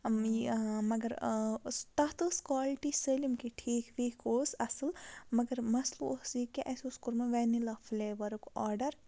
مگر تَتھ ٲس کالٹی سٲلِم کہِ ٹھیٖک ویٖک اوس اَصٕل مگر مَسلہٕ اوس یہِ کہِ اَسہِ اوس کوٚرمُت ویٚنِلا فلیوَرُک آرڈَر